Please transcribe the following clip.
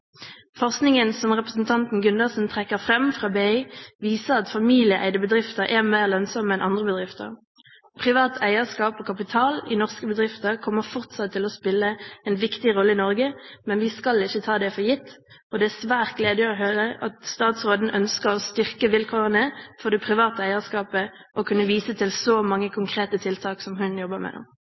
Forskningen, som representanten Gundersen trekker fram fra BI, viser at familieeide bedrifter er mer lønnsomme enn andre bedrifter. Privat eierskap og kapital i norske bedrifter kommer fortsatt til å spille en viktig rolle i Norge, men vi skal ikke ta det for gitt. Det er svært gledelig å høre at statsråden ønsker å styrke vilkårene for det private eierskapet, og at hun viser til så mange konkrete tiltak som hun jobber med.